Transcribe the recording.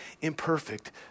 imperfect